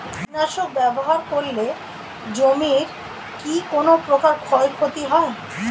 কীটনাশক ব্যাবহার করলে জমির কী কোন প্রকার ক্ষয় ক্ষতি হয়?